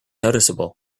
noticeable